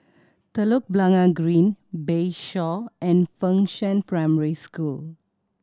Telok Blangah Green Bayshore and Fengshan Primary School